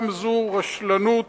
גם זו רשלנות